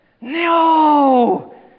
No